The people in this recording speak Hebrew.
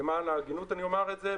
למען ההגינות אומר את זה,